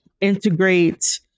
integrate